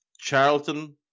Charlton